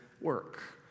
work